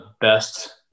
best